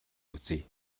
үзье